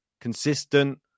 consistent